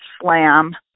slam